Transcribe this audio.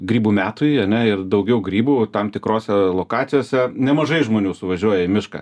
grybų metui ane ir daugiau grybų tam tikrose lokacijose nemažai žmonių suvažiuoja į mišką